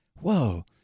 whoa